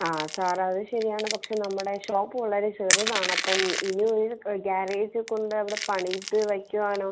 ആ സാർ അത് ശരിയാണ് പക്ഷെ നമ്മുടെ ഷോപ്പ് വളരെ ചെറുതാണ് അപ്പം ഇനി ഒരു ഗ്യാരേജ് കൊണ്ട് അവിടെ പണിത് വയ്ക്കുവാനോ